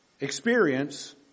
experience